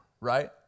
right